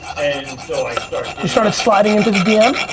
and so i started you started sliding into the dm?